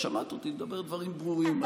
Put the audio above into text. שמעת אותי אומר דברים ברורים.